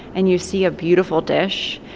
and you see a beautiful dish,